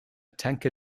tanker